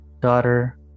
Daughter